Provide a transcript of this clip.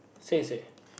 say say